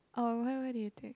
oh whe~ where do you take